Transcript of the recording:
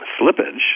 slippage